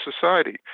society